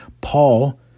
Paul